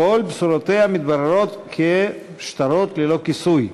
וכל בשורותיה מתבררות כשטרות ללא כיסוי,